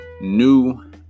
new